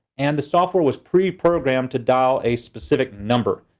and the software was pre-programmed to dial a specific number.